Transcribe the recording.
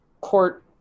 court